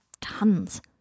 tons